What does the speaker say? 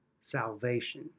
salvation